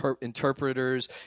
interpreters